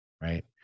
right